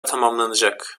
tamamlanacak